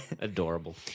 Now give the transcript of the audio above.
Adorable